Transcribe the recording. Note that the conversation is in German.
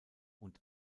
und